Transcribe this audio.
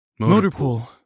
Motorpool